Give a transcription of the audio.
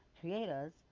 creators